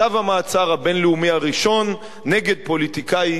צו המעצר הבין-לאומי הראשון נגד פוליטיקאי